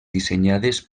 dissenyades